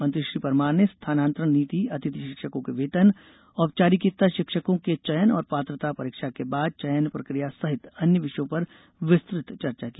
मंत्री श्री परमार ने स्थानांतरण नीति अतिथि शिक्षकों के वेतन औपचारिकोत्तर शिक्षकों के चयन और पात्रता परीक्षा के बाद चयन प्रक्रिया सहित अन्य विषयों पर विस्तुत चर्चा की